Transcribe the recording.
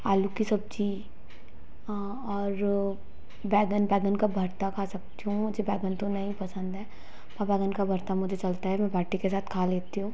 आलू की सब्जी और बैंगन बैंगन का भर्ता खा सकती हूँ मुझे बैंगन तो नहीं पसंद है और बैंगन का भर्ता मुझे चलता है मैं बाटी के साथ खा लेती हूँ